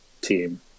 team